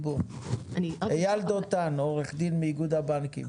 אייל דותן, עו"ד מאיגוד הבנקים.